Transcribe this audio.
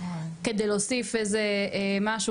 כדי להוסיף איזה משהו,